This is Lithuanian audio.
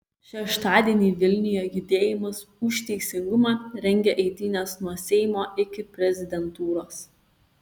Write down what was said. šeštadienį vilniuje judėjimas už teisingumą rengia eitynes nuo seimo iki prezidentūros